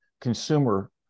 Consumer